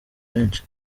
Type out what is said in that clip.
menshi